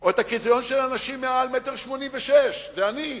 או את הקריטריון של אנשים מעל 1.86 מטר, זה אני,